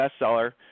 bestseller